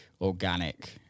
organic